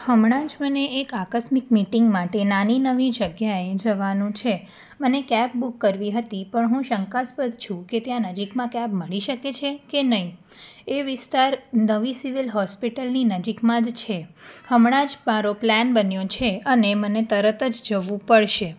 હમણાં જ મને એક આકસ્મિક મિટિંગ માટે નાની નવી જગ્યાએ જવાનું છે મને કેબ બૂક કરવી હતી પણ હું શંકાસ્પદ છું કે ત્યાં નજીકમાં કેબ મળી શકે છે કે નહીં એ વિસ્તાર નવી સિવિલ હોસ્પિટલની નજીકમાં જ છે હમણાં જ મારો પ્લાન બન્યો છે અને મને તરત જ જવું પડશે